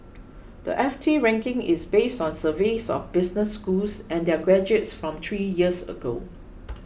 the F T ranking is based on surveys of business schools and their graduates from three years ago